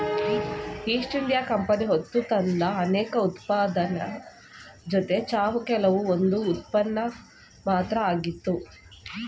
East India Company ಹೊತ್ತುತಂದ ಅನೇಕ ಉತ್ಪನ್ನದ್ ಜೊತೆ ಚಹಾವು ಕೇವಲ ಒಂದ್ ಉತ್ಪನ್ನ ಮಾತ್ರ ಆಗಿತ್ತು